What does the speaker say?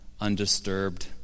undisturbed